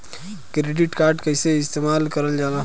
Credit card कईसे इस्तेमाल करल जाला?